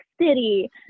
city